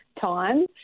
time